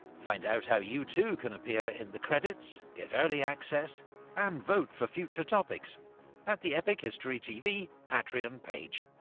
find out how you too can appear in the credits, get early access and vote for future topics at the epic history tv patreon page.